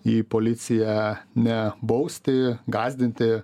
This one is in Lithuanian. į policiją ne bausti gąsdinti